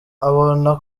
abona